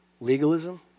Legalism